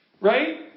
Right